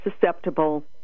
susceptible